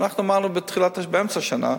אנחנו אמרנו באמצע השנה,